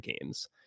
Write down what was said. games